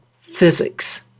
physics